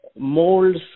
Molds